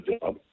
job